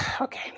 Okay